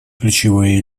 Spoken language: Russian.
ключевые